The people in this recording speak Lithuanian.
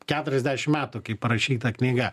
keturiasdešim metų kaip parašyta knyga